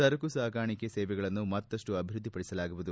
ಸರಕುಸಾಗಾಣಿಕೆ ಸೇವೆಗಳನ್ನು ಮತ್ತಷ್ಟು ಅಭಿವೃದ್ಧಿಪಡಿಸಲಾಗುವುದು